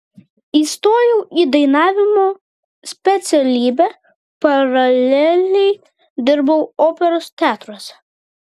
įstojau į dainavimo specialybę paraleliai dirbau operos teatruose